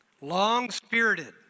Long-spirited